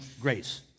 grace